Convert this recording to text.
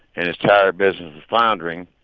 and his tower business was floundering,